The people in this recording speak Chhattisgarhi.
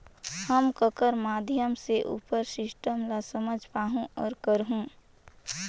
हम ककर माध्यम से उपर सिस्टम ला समझ पाहुं और करहूं?